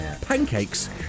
pancakes